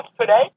today